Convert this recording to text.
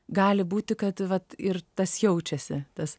gali būti kad vat ir tas jaučiasi tas